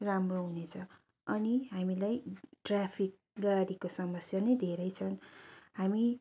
राम्रो हुनेछ अनि हामीलाई ट्राफिक गाडीको समस्या नै धेरै छ हामी